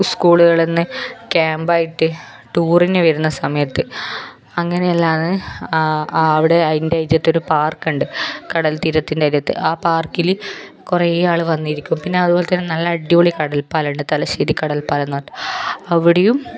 സ്കൂളുകളിൽ നിന്ന് ക്യാമ്പായിട്ട് ടൂറിനു വരുന്ന സമയത്ത് അങ്ങനെയെല്ലാമാണ് ആ ആ അവിടെ അതിൻ്റെ അരികത്തൊരു പാർക്കുണ്ട് കടൽ തീരത്തിൻ്റെ അരികത്ത് ആ പാർക്കിൽ കുറേ ആൾ വന്നിരിക്കും പിന്നെ അതുപോലെതന്നെ നല്ല അടിപൊളി കടൽപ്പാലമുണ്ട് തലശ്ശേരി കടൽപ്പാലമെന്ന് പറഞ്ഞിട്ട് അവിടെയും